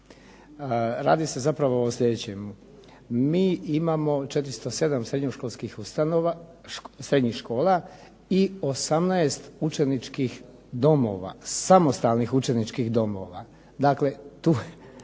radi se zapravo o sljedećemu. Mi imamo 407 srednjoškolskih ustanova, srednjih škola i 18 učeničkih domova, samostalnih učeničkih domova. Dakle, o